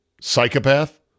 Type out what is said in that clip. psychopath